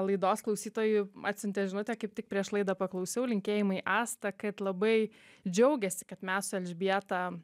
laidos klausytojų atsiuntė žinutę kaip tik prieš laidą paklausiau linkėjimai asta kad labai džiaugiasi kad mes su elžbieta